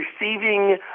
receiving